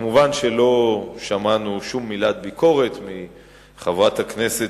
מובן שלא שמענו שום מילת ביקורת מחברת הכנסת